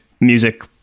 music